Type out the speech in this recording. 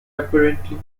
apparently